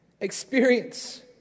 experience